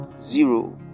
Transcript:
zero